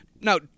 Now